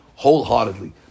Wholeheartedly